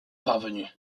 parvenus